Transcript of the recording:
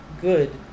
good